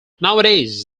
nowadays